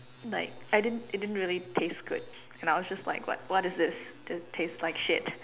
like I didn't it didn't really taste good and I was like what it this it tastes like shit